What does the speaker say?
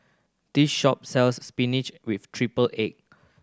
this shop sells spinach with triple egg